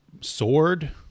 Sword